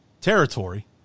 territory